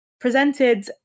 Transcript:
presented